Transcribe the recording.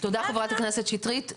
תודה ח"כ שטרית.